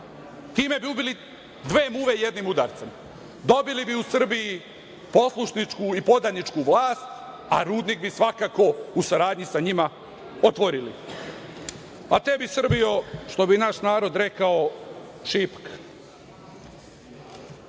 time bi ubili dve muve jednim udarcem. Dobili bi u Srbiji poslušničku i podaničku vlast, a rudnik bi svakako u saradnji sa njima otvorili, a tebi Srbijo, što bi naš narod rekao, šipak. Reći